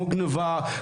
כמו גניבה,